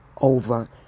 over